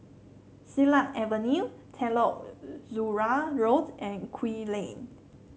Silat Avenue Telok Kurau Road and Kew Lane